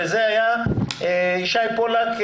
זה היה ישי פולק,